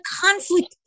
conflict